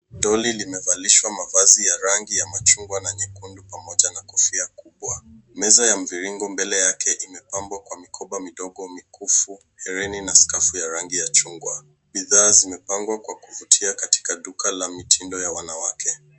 Toli imevalishwa mavasi ya rangi ya majungwa na nyekundu pamoja na kofia kubwa. Meza ya mviringo mbele yake imepambwa kwa mikoba mindogo mikufu hereni na skafu ya rangi ya jungwa. Bidhaa zimepangwa kwa kuvutia katika duka la mitindo ya wanawake.